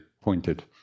pointed